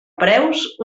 preus